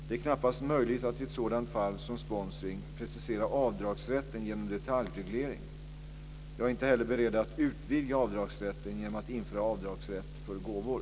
Det är knappast möjligt att i ett sådant fall som sponsring precisera avdragsrätten genom detaljreglering. Jag är inte heller beredd att utvidga avdragsrätten genom att införa avdragsrätt för gåvor.